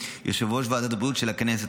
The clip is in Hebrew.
יושב-ראש ועדת הבריאות של הכנסת,